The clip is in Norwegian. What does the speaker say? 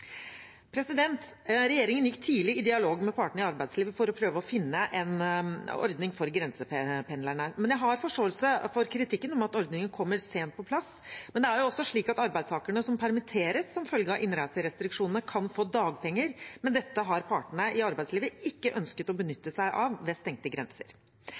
Regjeringen gikk tidlig i dialog med partene i arbeidslivet for å prøve å finne en ordning for grensependlerne. Jeg har forståelse for kritikken om at ordningen kommer sent på plass, men det er jo også slik at arbeidstakerne som permitteres som følge av innreiserestriksjonene, kan få dagpenger. Men dette har partene i arbeidslivet ikke ønsket å benytte seg av ved stengte grenser.